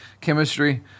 chemistry